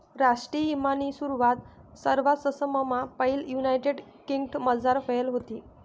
राष्ट्रीय ईमानी सुरवात सरवाससममा पैले युनायटेड किंगडमझार व्हयेल व्हती